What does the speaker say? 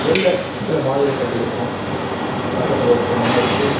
வெளில சில மாடுகள் கட்டியிருக்கும் பக்கத்தில் ஒரு குளமும் இருக்குது